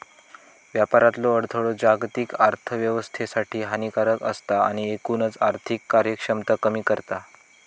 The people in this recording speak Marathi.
व्यापारातलो अडथळो जागतिक अर्थोव्यवस्थेसाठी हानिकारक असता आणि एकूणच आर्थिक कार्यक्षमता कमी करता